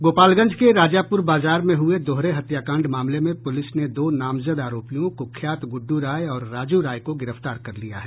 गोपालगंज के राजापुर बाजार में हुए दोहरे हत्याकांड मामले में पुलिस ने दो नामजद आरोपियों कुख्यात गुड्ड राय और राजू राय को गिरफ्तार कर लिया है